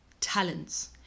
talents